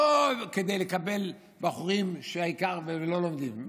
לא כדי לקבל בחורים שהעיקר, ולא לומדים.